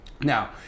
Now